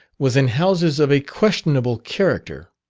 was in houses of a questionable character.